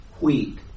Wheat